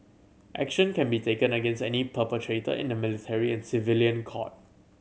action can be taken against any perpetrator in the military and civilian court